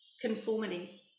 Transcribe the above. conformity